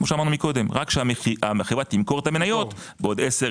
רק כשהחברה תמכור את המניות בעוד 10,